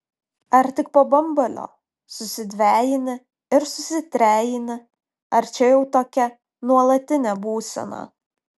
ar tik po bambalio susidvejini ir susitrejini ar čia jau tokia nuolatinė būsena